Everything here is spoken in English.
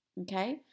Okay